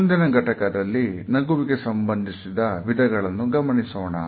ಮುಂದಿನ ಘಟಕದಲ್ಲಿ ನಗುವಿಗೆ ಸಂಬಂಧಪಟ್ಟ ವಿಧಗಳನ್ನು ಗಮನಿಸೋಣ